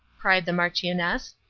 cried the marchioness.